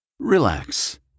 Relax